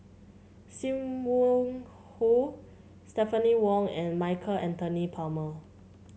Sim Wong Hoo Stephanie Wong and Michael Anthony Palmer